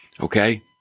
okay